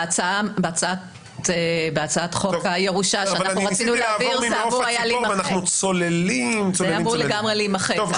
בהצעת חוק הירושה שאנחנו רצינו להעביר זה היה אמור לגמרי להימחק.